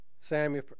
Samuel